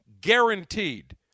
Guaranteed